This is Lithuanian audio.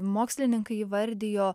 mokslininkai įvardijo